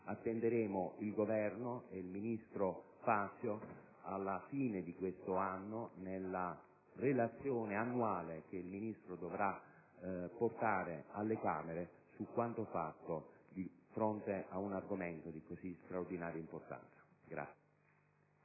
Attenderemo il Governo e il ministro Fazio, alla fine di quest'anno, nella Relazione annuale che il Ministro dovrà portare alle Camere su quanto fatto di fronte ad un argomento di così straordinaria importanza.